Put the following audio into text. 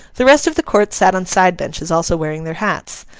the rest of the court sat on side benches, also wearing their hats.